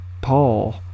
Paul